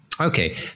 Okay